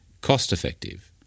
Cost-Effective